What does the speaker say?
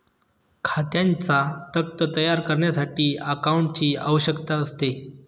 खात्यांचा तक्ता तयार करण्यासाठी अकाउंटंटची आवश्यकता असते